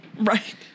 Right